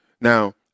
Now